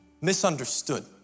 misunderstood